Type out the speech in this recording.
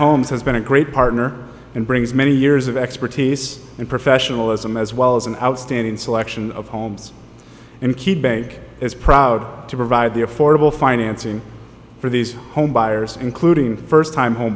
has been a great partner and brings many years of expertise and professionalism as well as an outstanding selection of homes and key bank is proud to provide the affordable financing for these home buyers including first time home